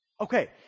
Okay